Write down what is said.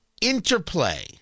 interplay